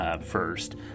first